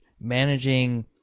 managing